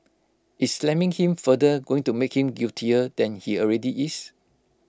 is slamming him further going to make him guiltier than he already is